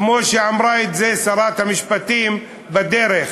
כמו שאמרה את זה שרת המשפטים, בדרך.